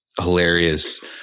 hilarious